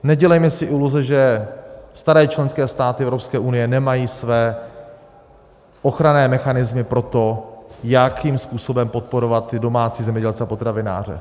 Nedělejme si iluze, že staré členské státy Evropské unie nemají své ochranné mechanismy pro to, jakým způsobem podporovat domácí zemědělce a potravináře.